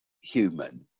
human